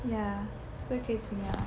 yah so 可以停了